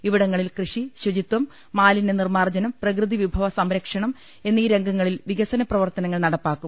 ഇവിടങ്ങ ളിൽ കൃഷി ശുചിത്വം മാലിന്യ നിർമ്മാർജ്ജനം പ്രകൃതി വിഭവ സംര ക്ഷണം എന്നീ രംഗങ്ങളിൽ വികസന പ്രവർത്തനങ്ങൾ നടപ്പാക്കും